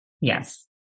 Yes